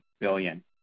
billion